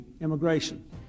immigration